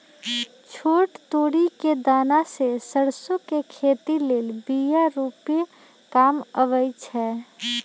छोट तोरि कें दना से सरसो के खेती लेल बिया रूपे काम अबइ छै